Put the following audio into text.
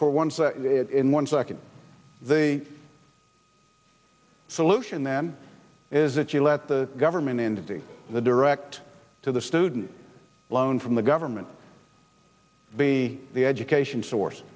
for one in one second the solution then is that you let the government entity the direct to the student loan from the government be the education source